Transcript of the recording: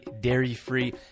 dairy-free